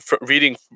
reading